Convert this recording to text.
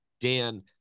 Dan